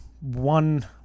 one